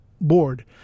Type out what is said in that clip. board